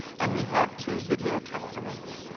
and we have two video testimonies.